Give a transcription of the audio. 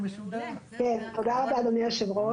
כן, תודה רבה אדוני היו"ר.